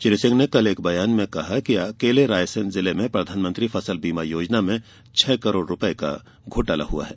श्री सिंह ने कल एक बयाने में कहा कि अकेले रायसेन जिले में प्रधानमंत्री फसल बीमा योजना में छह करोड़ रुपए का घोटाला हुआ है